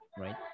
right